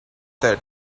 that